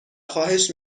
خواهش